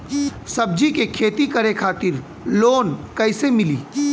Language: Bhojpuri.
सब्जी के खेती करे खातिर लोन कइसे मिली?